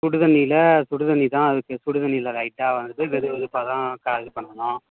சூடுதண்ணியில் சுடுதண்ணி தான் அதுக்கு சூடுதண்ணியில் லைட்டாக வந்துகிட்டு வெதுவெதுப்பாக தான் க இது பண்ணணும்